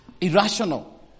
irrational